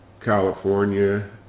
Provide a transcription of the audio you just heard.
California